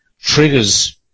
triggers